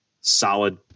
solid